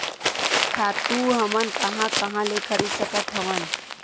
खातु हमन कहां कहा ले खरीद सकत हवन?